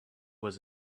was